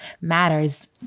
matters